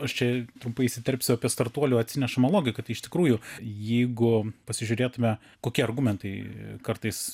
aš čia trumpai įsiterpsiu apie startuolių atsinešamą logiką tai iš tikrųjų jeigu pasižiūrėtume kokie argumentai kartais